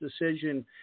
decision